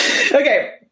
Okay